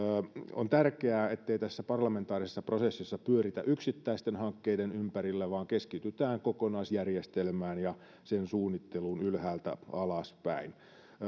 on tärkeää ettei tässä parlamentaarisessa prosessissa pyöritä yksittäisten hankkeiden ympärillä vaan keskitytään kokonaisjärjestelmään ja sen suunnitteluun ylhäältä alaspäin